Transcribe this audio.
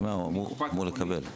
אתה שומע, הוא אמור לקבל גם